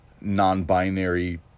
non-binary